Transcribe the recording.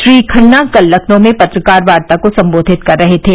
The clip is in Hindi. श्री खन्ना कल लखनऊ में पत्रकार वार्ता को संबोधित कर रहे थे